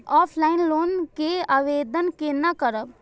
Offline loan के आवेदन केना करब?